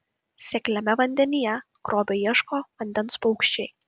sekliame vandenyje grobio ieško vandens paukščiai